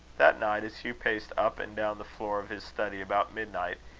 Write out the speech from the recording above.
that night, as hugh paced up and down the floor of his study about midnight,